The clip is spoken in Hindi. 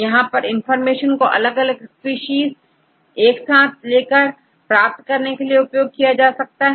यहां पर इंफॉर्मेशन को अलग अलग स्पीशीज एक साथ लेकर प्राप्त करने के लिए उपयोग किया जाता है